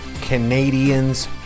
canadians